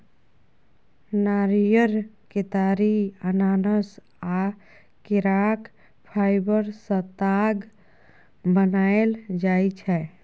नारियर, केतारी, अनानास आ केराक फाइबर सँ ताग बनाएल जाइ छै